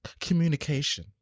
communication